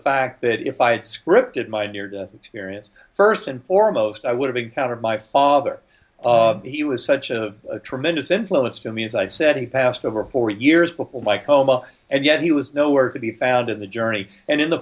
fact that if i had scripted my near death experience first and foremost i would have encountered my father he was such a tremendous influence for me as i said he passed over four years before my coma and yet he was nowhere to be found in the journey and in the